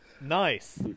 nice